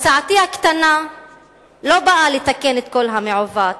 הצעתי הקטנה לא באה לתקן את כל המעוות,